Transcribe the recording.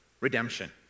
redemption